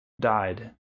Died